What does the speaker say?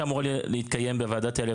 יודעים איפה הם נוחתים וגם מתכננים את ההגעה